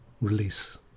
release